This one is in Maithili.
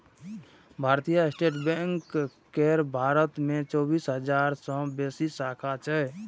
भारतीय स्टेट बैंक केर भारत मे चौबीस हजार सं बेसी शाखा छै